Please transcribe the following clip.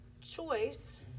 choice